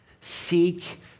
seek